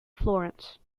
florence